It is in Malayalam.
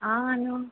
ആ അനൂ